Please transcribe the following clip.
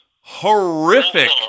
horrific